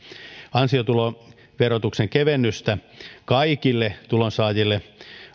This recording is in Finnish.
ansiotuloverotuksen kevennystä kaikille tulonsaajille